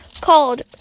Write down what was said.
called